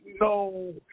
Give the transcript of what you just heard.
no